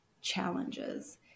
challenges